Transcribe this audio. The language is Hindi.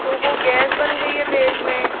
तो वो गैस बन गई है पेट में